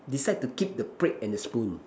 decide to keep the plate and the spoon